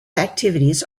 activities